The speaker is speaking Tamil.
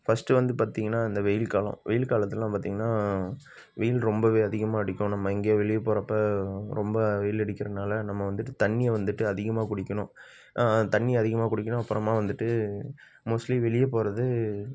ஃபஸ்ட்டு வந்து பார்த்தீங்கன்னா இந்த வெயில் காலம் வெயில் காலத்துலெல்லாம் பார்த்தீங்கன்னா வெயில் ரொம்பவே அதிகமாக அடிக்கும் நம்ம எங்கேயோ வெளியே போகிறப்ப ரொம்ப வெயில் அடிக்கிறனால் நம்ம வந்துட்டு தண்ணியை வந்துட்டு அதிகமாக குடிக்கணும் தண்ணி அதிகமாக குடிக்கணும் அப்புறமா வந்துட்டு மோஸ்ட்லி வெளியே போகிறது